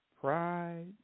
pride